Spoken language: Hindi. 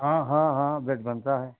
हाँ हाँ हाँ बेड बनता है